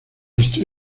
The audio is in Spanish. estoy